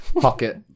Pocket